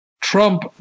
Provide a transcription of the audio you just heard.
Trump